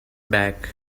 bag